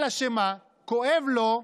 אלא מה, כואב לו,